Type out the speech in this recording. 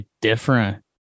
different